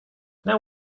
now